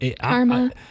Karma